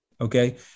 Okay